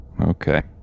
Okay